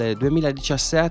2017